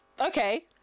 okay